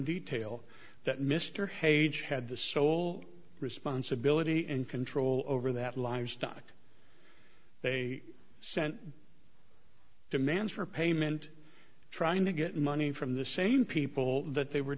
detail that mr hage had the sole responsibility and control over that livestock they sent demands for payment trying to get money from the same people that they were